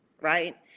right